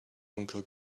uncle